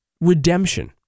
redemption